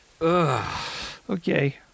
Okay